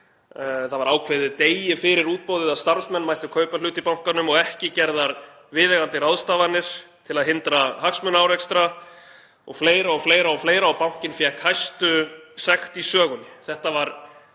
Það var ákveðið degi fyrir útboðið að starfsmenn mættu kaupa hlut í bankanum og ekki voru gerðar viðeigandi ráðstafanir til að hindra hagsmunaárekstra og fleira og fleira. Bankinn fékk hæstu sekt í sögunni. Þetta var